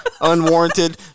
unwarranted